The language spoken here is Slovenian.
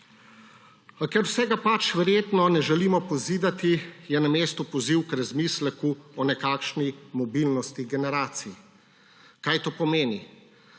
ker vsega verjetno ne želimo pozidati, je na mestu poziv k razmisleku o nekakšni mobilnosti generacij. Kaj to pomeni?